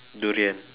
durian